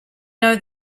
know